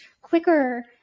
quicker